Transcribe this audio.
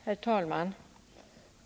Herr talman!